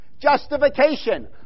Justification